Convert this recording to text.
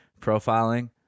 profiling